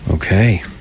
Okay